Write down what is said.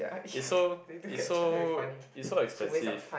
is so is so is so expensive